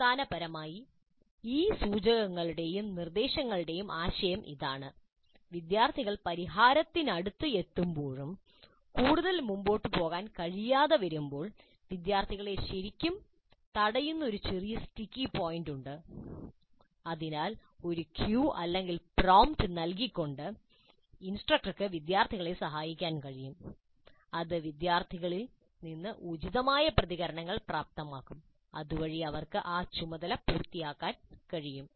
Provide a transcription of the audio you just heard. അടിസ്ഥാനപരമായി ഈ സൂചകങ്ങളുടെയും നിർദ്ദേശങ്ങളുടെയും ആശയം ഇതാണ് വിദ്യാർത്ഥികൾ പരിഹാരത്തിനടുത്ത് എത്തുമ്പോഴും കൂടുതൽ മുന്നോട്ട് പോകാൻ കഴിയാതെ വരുമ്പോൾ വിദ്യാർത്ഥികളെ ശരിക്കും തടയുന്ന ഒരു ചെറിയ സ്റ്റിക്കി പോയിന്റുണ്ട് അതിനാൽ ഒരു ക്യൂ അല്ലെങ്കിൽ പ്രോംപ്റ്റ് നൽകിക്കൊണ്ട് ഇൻസ്ട്രക്ടർക്ക് വിദ്യാർത്ഥികളെ സഹായിക്കാൻ കഴിയും അത് വിദ്യാർത്ഥികളിൽ നിന്ന് ഉചിതമായ പ്രതികരണങ്ങൾ പ്രാപ്തമാക്കും അതുവഴി അവർക്ക് ആ ചുമതല പൂർത്തിയാക്കാൻ കഴിയും